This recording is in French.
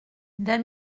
d’un